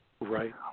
right